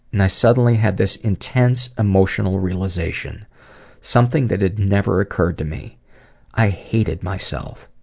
and i suddenly had this intense emotional realization something that had never occurred to me i hated myself.